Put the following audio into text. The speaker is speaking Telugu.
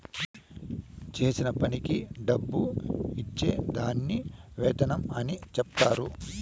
చేసిన పనికి డబ్బు ఇచ్చే దాన్ని వేతనం అని చెప్తారు